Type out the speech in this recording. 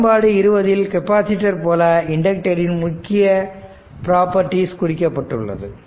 சமன்பாடு 20தில் கெப்பாசிட்டர் போல இண்டக்டரின் முக்கிய ப்ராப்பர்ட்டீஸ் குறிப்பிடப்பட்டுள்ளது